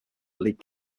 lead